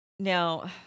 Now